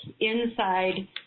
inside